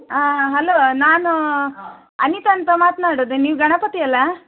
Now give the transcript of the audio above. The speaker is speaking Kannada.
ಹಲೋ ನಾನು ಅನಿತ ಅಂತ ಮಾತ್ನಾಡೋದು ನೀವು ಗಣಪತಿ ಅಲ್ವಾ